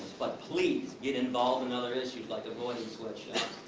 but please, get involved in other issues like avoiding sweatshops,